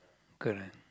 correct